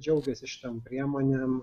džiaugiasi šitom priemonėm